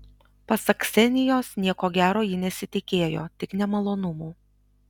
pasak ksenijos nieko gero ji nesitikėjo tik nemalonumų